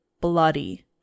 bloody